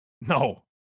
no